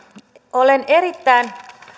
olen erittäin